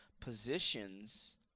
positions